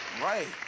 right